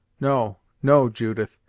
no no judith,